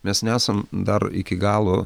mes nesam dar iki galo